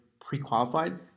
pre-qualified